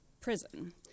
prison